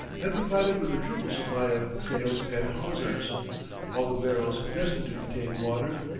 and provided with a triple supply of sails and hawsers all the barrels destined to contain water,